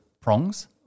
prongs